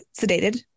sedated